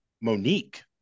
monique